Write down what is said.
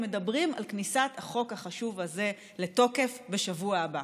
מדברים על כניסת החוק החשוב הזה לתוקף בשבוע הבא.